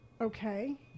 Okay